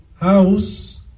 house